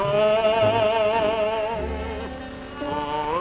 oh oh